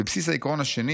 בבסיסו של העיקרון השני